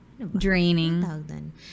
Draining